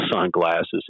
sunglasses